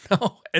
No